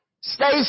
Stay